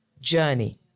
journey